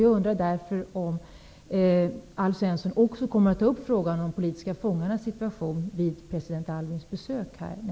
Jag undrar därför om Alf Svensson vid president Aylwins besök i nästa vecka också kommer att ta upp frågan om de politiska fångarnas situation.